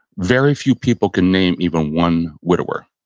very few people can name even one widower.